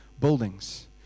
buildings